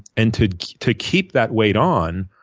and to to keep that weight on,